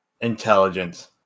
Intelligence